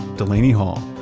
delaney hall,